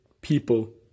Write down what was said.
people